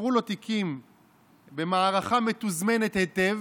תפרו לו תיקים במערכה מתוזמנת היטב,